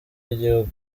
igihugu